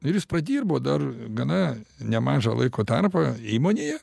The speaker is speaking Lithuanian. ir jis pradirbo dar gana nemažą laiko tarpą įmonėje